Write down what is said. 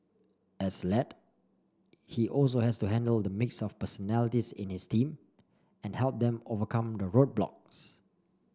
as lead he also has to handle the mix of personalities in his team and help them overcome the roadblocks